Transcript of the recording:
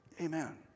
Amen